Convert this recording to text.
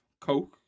Coke